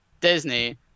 Disney